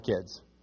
kids